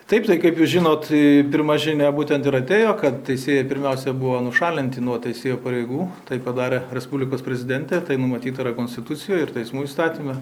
taip tai kaip jūs žinot iii pirma žinia būtent ir atėjo kad teisėjai pirmiausia buvo nušalinti nuo teisėjo pareigų tai padarė respublikos prezidentė tai numatyta yra konstitucijoje ir teismų įstatyme